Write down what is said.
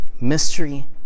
mystery